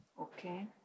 Okay